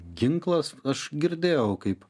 ginklas aš girdėjau kaip